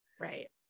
Right